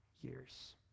years